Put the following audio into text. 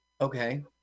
Okay